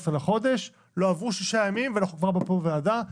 בפברואר ולא עברו שישה ימים ואנחנו כבר פה בוועדה.